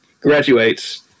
graduates